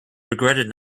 regretted